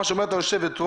כפי שאומרת היושבת-ראש,